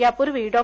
यापूर्वी डॉ